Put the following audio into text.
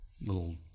little